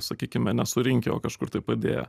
sakykime nesurinkę o kažkur tai padėję